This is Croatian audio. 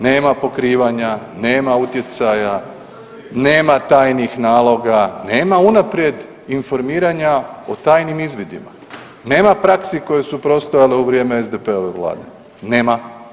Nema pokrivanja, nema utjecaja, nema tajnih naloga, nema unaprijed informiranja o tajnim izvidima, nema praksi koje su postojale u vrijeme SDP-ove vlade, nema.